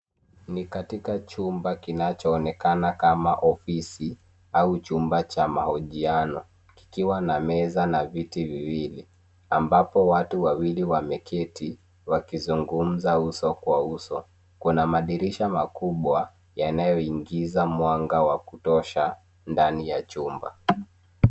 Ni katika chumba kinachoonekana kama ofisi au chumba cha mahojiano kikiwa na meza na viti viwili ambapo watu wawili wameketi wakizungumza uso kwa uso. Kuna madirisha makubwa yanayoingiza mwanga wa kutosha ndani ya jumba.